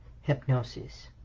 hypnosis